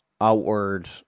outward